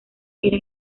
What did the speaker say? era